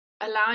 allowing